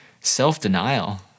self-denial